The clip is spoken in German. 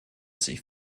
sich